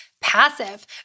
passive